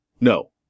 No